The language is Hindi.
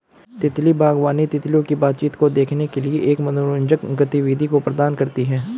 तितली बागवानी, तितलियों की बातचीत को देखने के लिए एक मनोरंजक गतिविधि प्रदान करती है